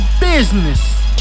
business